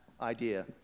idea